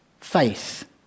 faith